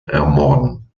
ermorden